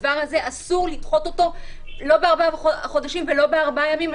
הדבר הזה אסור לדחות אותו לא בארבעה חודשים ולא בארבעה ימים.